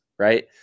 right